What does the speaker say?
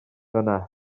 yna